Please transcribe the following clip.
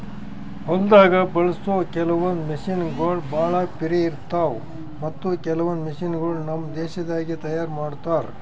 ಹೊಲ್ದಾಗ ಬಳಸೋ ಕೆಲವೊಂದ್ ಮಷಿನಗೋಳ್ ಭಾಳ್ ಪಿರೆ ಇರ್ತಾವ ಮತ್ತ್ ಕೆಲವೊಂದ್ ಮಷಿನಗೋಳ್ ನಮ್ ದೇಶದಾಗೆ ತಯಾರ್ ಮಾಡ್ತಾರಾ